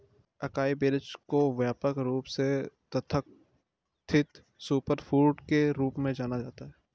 acai berries को व्यापक रूप से तथाकथित सुपरफूड के रूप में जाना जाता है